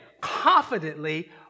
confidently